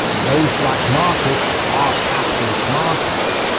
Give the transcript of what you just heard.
and those black markets are capitalist markets.